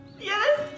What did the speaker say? Yes